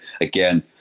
again